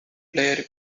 player